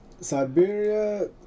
Siberia